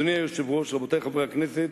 אדוני היושב-ראש, רבותי חברי הכנסת,